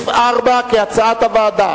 רבותי.